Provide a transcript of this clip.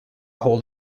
hold